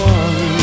one